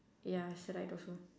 ya it's right also